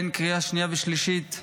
לקריאה השנייה והשלישית,